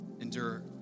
endure